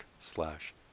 slash